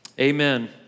amen